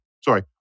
sorry